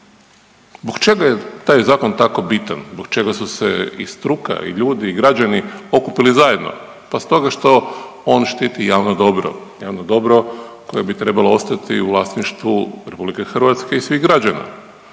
zbog čega je ovaj Zakon tako bitan, zbog čega su se i struka i ljudi i građani okupili zajedno? Pa stoga što on štiti javno dobro. Javno dobro koje bi trebalo ostati u vlasništvu RH i svih građana.